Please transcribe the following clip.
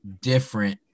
different